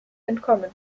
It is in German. entkommen